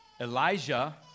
Elijah